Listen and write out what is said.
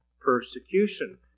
persecution